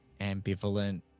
ambivalent